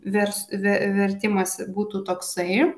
vers ve vertimas būtų toksai